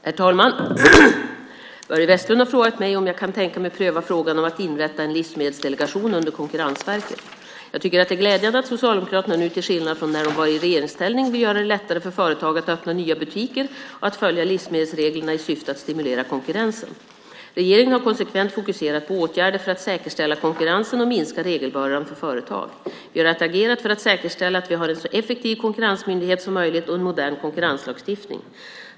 Herr talman! Börje Vestlund har frågat mig om jag kan tänka mig att pröva frågan om att inrätta en livsmedelsdelegation under Konkurrensverket. Jag tycker att det är glädjande att Socialdemokraterna nu till skillnad från när de var i regeringsställning vill göra det lättare för företag att öppna nya butiker och att följa livsmedelsreglerna i syfte att stimulera konkurrensen. Regeringen har konsekvent fokuserat på åtgärder för att säkerställa konkurrensen och minska regelbördan för företag. Vi har agerat för att säkerställa att vi har en så effektiv konkurrensmyndighet som möjligt och en modern konkurrenslagstiftning.